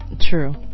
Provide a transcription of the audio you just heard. True